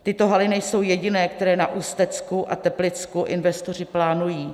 Tyto haly nejsou jediné, které na Ústecku a Teplicku investoři plánují.